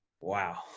Wow